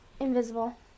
invisible